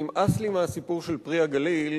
נמאס לי מהסיפור של "פרי הגליל",